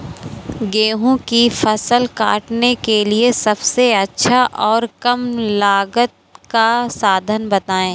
गेहूँ की फसल काटने के लिए सबसे अच्छा और कम लागत का साधन बताएं?